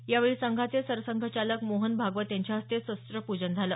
यावेळी संघाचे सरसंघचालक मोहन भागवत यांच्या हस्ते शस्त्रपूजन झाले